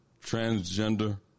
transgender